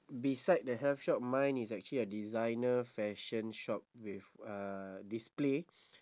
beside the health shop mine is actually a designer fashion shop with uh display